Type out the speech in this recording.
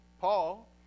Paul